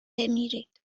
بمیرید